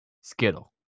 Skittle